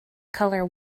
color